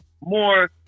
more